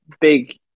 big